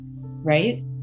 right